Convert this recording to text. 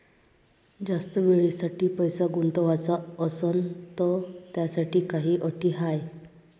जास्त वेळेसाठी पैसा गुंतवाचा असनं त त्याच्यासाठी काही अटी हाय?